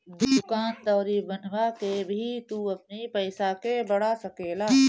दूकान दौरी बनवा के भी तू अपनी पईसा के बढ़ा सकेला